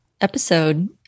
episode